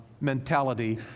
mentality